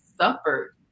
suffered